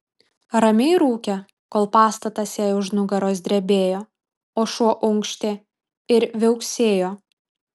ramiai rūkė kol pastatas jai už nugaros drebėjo o šuo unkštė ir viauksėjo